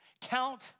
Count